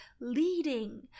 leading